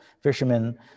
fishermen